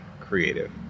Creative